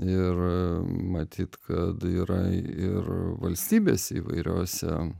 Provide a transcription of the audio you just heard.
ir matyt kad yra ir valstybėse įvairiose